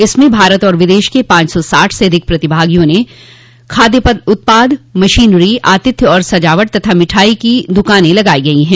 इसमें भारत और विदेश के पांच सौ साठ से अधिक प्रतिभागियों के खाद्य उत्पाद मशीनरी आतिथ्य और सजावट तथा मिठाई की द्रकानें लगाई गई हैं